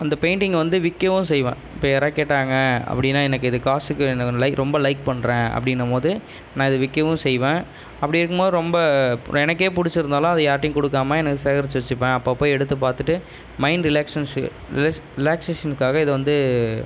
அந்த பெயிண்ட்டிங்கை வந்து விற்கவும் செய்வேன் இப்போ யாரா கேட்டாங்கள் அப்படின்னா எனக்கு இது காசுக்கு இது லை ரொம்ப லைக் பண்ணுறேன் அப்படின்னும் போது நான் இதை விற்கவும் செய்வேன் அப்படி இருக்கும் போது ரொம்ப எனக்கே பிடிச்சிருந்தாலும் அதை யார்கிட்டையும் கொடுக்காம எனக்கு சேகரிச்சு வச்சுப்பேன் அப்போப்ப எடுத்து பார்த்துட்டு மைண்ட் ரிலாக்ஸேன்ஷு ரிலேஸ் ரிலாக்ஸேஷனுக்காக இதை வந்து